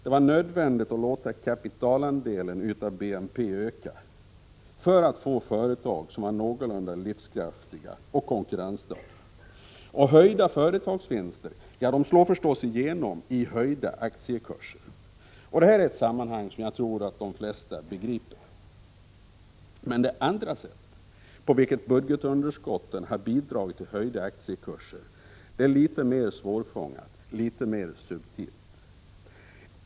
Det var nödvändigt att låta kapitalandelen av BNP öka för att man skulle få företag som var någorlunda livskraftiga och konkurrensdugliga. Höjda företagsvinster slår förstås igenom i höjda aktiekurser. Det här är ett sammanhang som jag tror att de flesta begriper. Men det andra sätt på vilket budgetunderskotten har bidragit till att höja aktiekurserna är litet mer svårfångat och subtilt.